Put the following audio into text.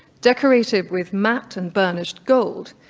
decorated with matte and burnished gold,